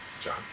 John